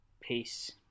Peace